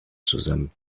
zusammen